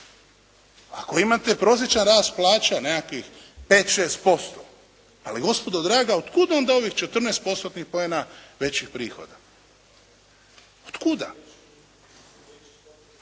Ako imate prosječan rast plaća nekakvih 5,6% ali gospodo draga otkud onda ovih 14%-tnih poena većih prihoda. Otkuda?